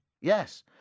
Yes